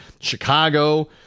Chicago